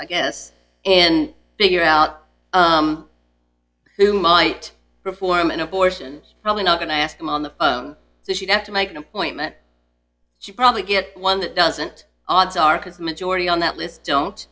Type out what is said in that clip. i guess and figure out who might perform an abortion probably not going to ask them on the phone so she'd have to make an appointment she probably get one that doesn't odds are because majority on that list don't